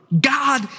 God